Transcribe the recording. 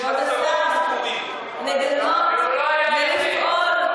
כבוד השר, לגנות זה לפעול.